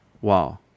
Wow